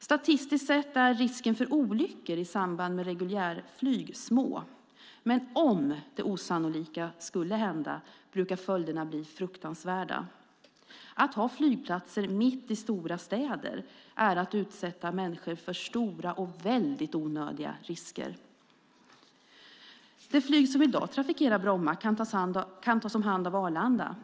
Statistiskt sett är risken för olyckor i samband med reguljärflyg små, men om det osannolika skulle hända brukar följderna bli fruktansvärda. Att ha flygplatser mitt i stora städer är att utsätta människor för stora och onödiga risker. Det flyg som i dag trafikerar Bromma kan tas om hand av Arlanda.